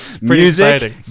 music